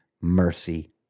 mercy